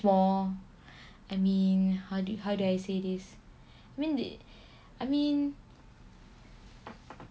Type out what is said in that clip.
more I mean how do how do I say this mean they I mean